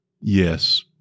yes